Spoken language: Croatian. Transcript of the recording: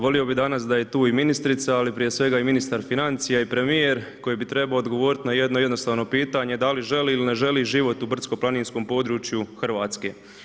Volio bih danas da je tu i ministrica ali prije svega i ministar financija i premijer koji bi trebao odgovoriti na jedno jednostavno pitanje, da li želi ili ne želi život u brdsko planinskom području Hrvatske?